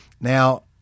Now